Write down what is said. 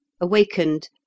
Awakened